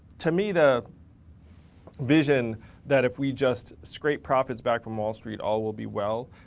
to me, the vision that if we just scrape profits back from wall street, all will be well.